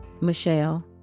Michelle